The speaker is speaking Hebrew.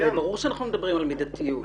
זה ברור שאנחנו מדברים על מידתיות.